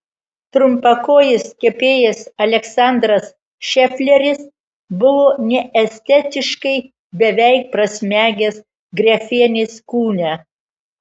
trumpakojis kepėjas aleksandras šefleris buvo neestetiškai beveik prasmegęs grefienės kūne